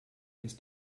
ist